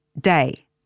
day